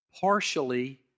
partially